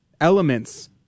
elements